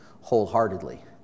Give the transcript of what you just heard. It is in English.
wholeheartedly